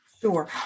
sure